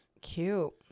cute